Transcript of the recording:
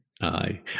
Aye